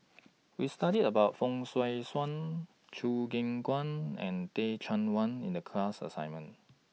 We studied about Fong Swee Suan Choo Keng Kwang and Teh Cheang Wan in The class assignment